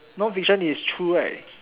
non fiction is true right